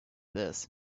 this